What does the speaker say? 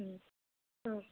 okay